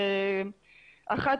האחת,